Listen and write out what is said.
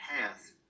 Path